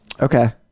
okay